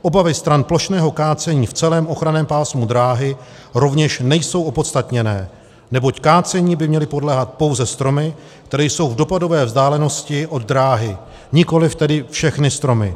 Obavy stran plošného kácení v celém ochranném pásmu dráhy rovněž nejsou opodstatněné, neboť kácení by měly podléhat pouze stromy, které jsou v dopadové vzdálenosti od dráhy, nikoliv tedy všechny stromy.